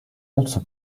also